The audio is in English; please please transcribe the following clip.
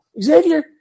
Xavier